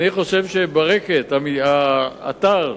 אני חושב שברקת, האתר,